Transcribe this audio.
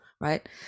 right